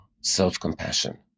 self-compassion